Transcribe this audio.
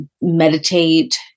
meditate